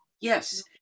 Yes